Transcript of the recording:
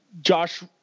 Josh